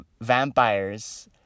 vampires